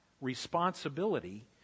responsibility